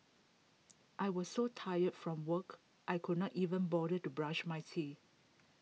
I was so tired from work I could not even bother to brush my teeth